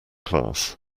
class